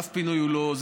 אף פינוי הוא לא,